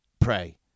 pray